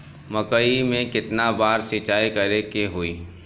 मकई में केतना बार सिंचाई करे के होई?